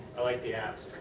i like the apps.